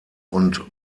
und